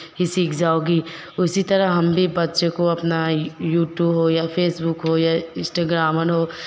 ही सीख जाओगी उसी तरह हम भी बच्चे को अपना यूट्यूब हो या फेसबुक हो या इंस्टाग्रामन हो